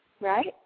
Right